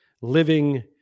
living